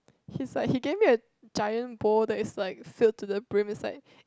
his like he gave me a giant bowl that is like filled to the brim is like